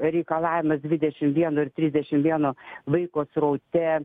reikalavimas dvidešim vieno ir trisdešim vieno vaiko sraute